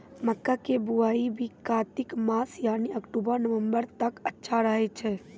मक्का के बुआई भी कातिक मास यानी अक्टूबर नवंबर तक अच्छा रहय छै